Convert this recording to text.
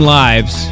lives